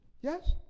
Yes